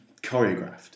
choreographed